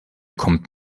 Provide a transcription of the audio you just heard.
kommt